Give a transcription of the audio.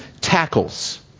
tackles